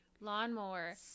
lawnmower